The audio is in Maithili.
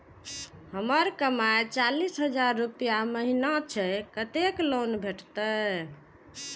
हमर कमाय चालीस हजार रूपया महिना छै कतैक तक लोन भेटते?